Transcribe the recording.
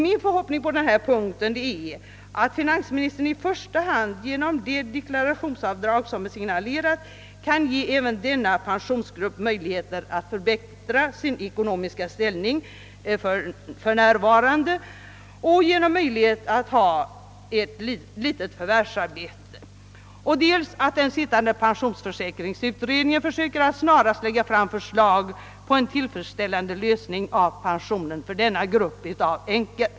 Min förhoppning på denna punkt är att finansministern i första hand, genom det deklarationsavdrag som är signalerat, kan ge även denna pensionsgrupp möjligheter att förbättra sin ekonomiska ställning tack vare ett litet förvärvsarbete. Vidare hoppas jag att den sittande pensionsförsäkringsutredningen försöker att snarast presentera förslag på en tillfredsställande lösning av pensionsfrågan för denna grupp av änkor.